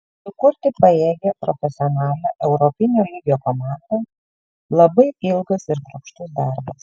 sukurti pajėgią profesionalią europinio lygio komandą labai ilgas ir kruopštus darbas